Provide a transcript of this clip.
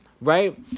Right